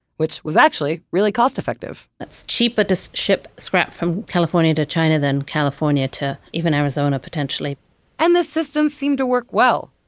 which was actually really cost effective it's cheaper to so ship scrap from california to china than california to even arizona, potentially and this system seemed to work well.